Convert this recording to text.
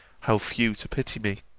how few to pity me